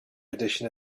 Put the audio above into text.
edition